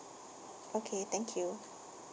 okay thank you